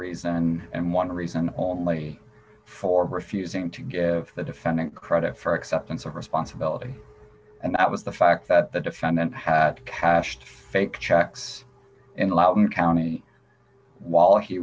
reason and one reason only for refusing to give the defendant credit for acceptance of responsibility and that was the fact that the defendant had cashed fake checks and allowed in the county while he